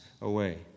away